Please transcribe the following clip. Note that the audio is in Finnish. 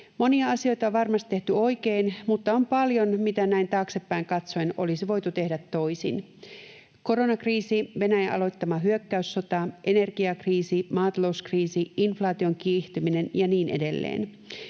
Monia asioita on varmasti tehty oikein, mutta on paljon, mitä näin taaksepäin katsoen olisi voitu tehdä toisin. Koronakriisi, Venäjän aloittama hyökkäyssota, energiakriisi, maatalouskriisi, inflaation kiihtyminen ja niin edelleen